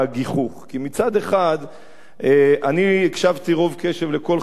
מצד אחד הקשבתי רוב קשב לכל חברי הכנסת.